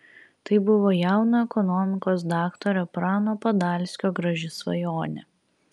tai buvo jauno ekonomikos daktaro prano padalskio graži svajonė